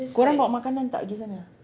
korang bawa makanan tak gi sana